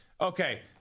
Okay